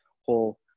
whole